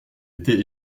était